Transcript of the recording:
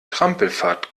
trampelpfad